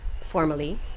formally